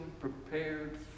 prepared